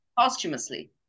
Posthumously